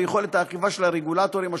ביכולת האכיפה של הרגולטורים השונים.